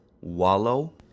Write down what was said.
wallow